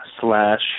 slash